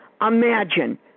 Imagine